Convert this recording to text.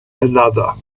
another